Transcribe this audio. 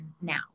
now